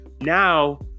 Now